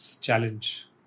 challenge